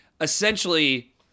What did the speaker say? essentially